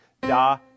da